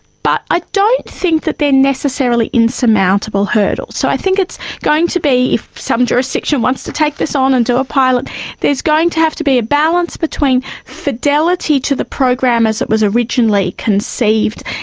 but i don't think that they are necessarily insurmountable hurdles. so i think it's going to be, if some jurisdiction wants to take this on and do a pilot there's going to have to be a balance between fidelity to the program as it was originally conceived,